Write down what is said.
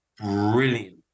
brilliant